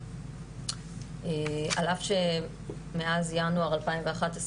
על אף שמאז ינואר 2011,